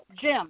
Jim